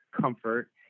comfort